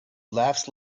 laughs